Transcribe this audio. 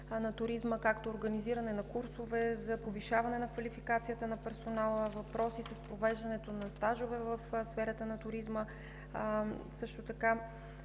на туризма като организиране на курсове за повишаване квалификацията на персонала, въпроси с провеждането на стажове в сферата на туризма, също така